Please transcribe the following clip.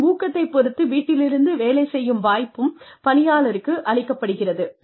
மேலும் ஊக்கத்தைப் பொறுத்து வீட்டிலிருந்து வேலை செய்யும் வாய்ப்பும் பணியாளருக்கு அளிக்கப்படுகிறது